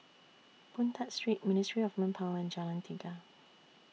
Boon Tat Street Ministry of Manpower and Jalan Tiga